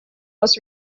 was